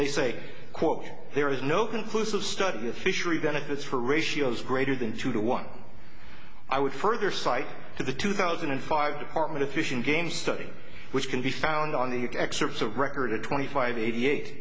they say quote there is no conclusive study of fishery benefits for ratios greater than two to one i would further cite to the two thousand and five department of fish and game study which can be found on the ex urbs a record twenty five eighty eight